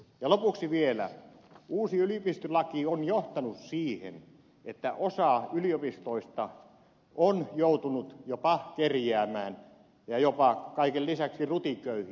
ja lopuksi vielä uusi yliopistolaki on johtanut siihen että osa yliopistoista on joutunut jopa kerjäämään ja kaiken lisäksi jopa rutiköyhiltä kunnilta